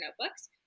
notebooks